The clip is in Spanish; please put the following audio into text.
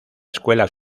escuela